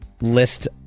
list